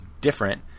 different